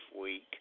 week